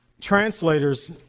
translators